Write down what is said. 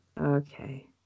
Okay